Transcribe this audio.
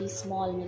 small